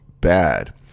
bad